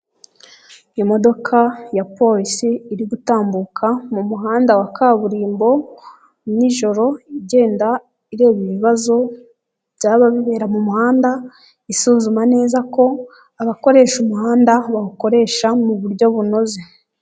Imodoka ya polisi iri gutambuka mu muhanda wa kaburimbo, nijoro igenda ireba ibibazo, byaba bibera mu muhanda, isuzuma neza ko abakoresha umuhanda bawukoresha mu buryo bunoze.